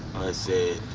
said,